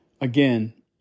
again